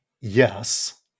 Yes